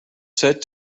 set